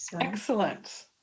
Excellent